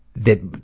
that